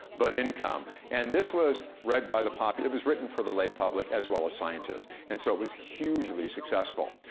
but income. and this was read by the pop it was written for the lay public as well as scientists, and so it was hugely successful.